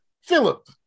Philip